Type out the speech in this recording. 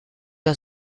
der